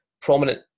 prominent